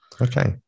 Okay